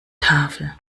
tafel